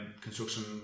construction